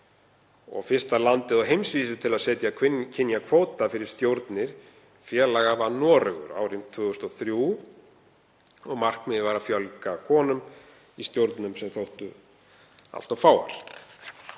Fyrsta landið á heimsvísu til að setja kynjakvóta fyrir stjórnir félaga var Noregur árið 2003. Markmiðið var að fjölga konum í stjórnum sem þóttu allt of fáar.